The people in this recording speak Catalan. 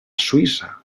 suïssa